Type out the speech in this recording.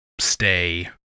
stay